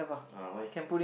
uh why